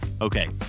Okay